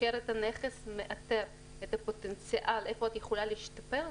סוקר את הנכס ומאתר את הפוטנציאל איפה את יכולה להשתפר,